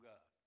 God